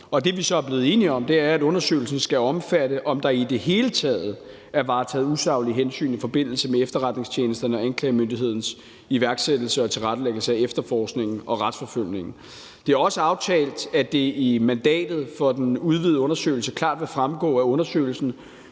Det, vi så er blevet enige om, er, at undersøgelsen skal omfatte, om der i det hele taget er varetaget usaglige hensyn i forbindelse med efterretningstjenesternes og anklagemyndighedens iværksættelse og tilrettelæggelse af efterforskningen og retsforfølgningen. Det er også aftalt, at det i mandatet for den udvidede undersøgelse klart vil fremgå, at undersøgelsen